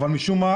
אבל משום מה,